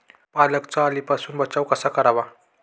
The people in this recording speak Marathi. पालकचा अळीपासून बचाव कसा करावा?